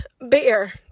bear